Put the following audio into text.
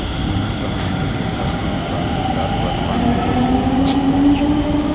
धनक समय मूल्य कें कखनो काल मुद्राक वर्तमान मूल्य सेहो कहल जाए छै